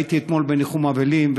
הייתי אתמול בניחום אבלים,